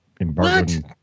embargoed